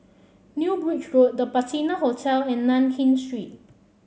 New Bridge Road The Patina Hotel and Nankin Street